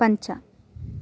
पञ्च